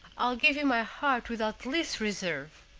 i'll give you my heart without the least reserve.